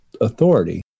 authority